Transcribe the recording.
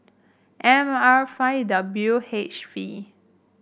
M R five W H V